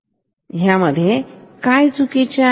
ह्या मध्ये काय चुकीचे आहे